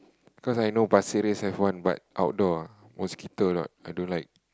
because I know Pasir Ris have one but outdoor ah mosquito a lot I don't like